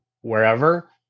wherever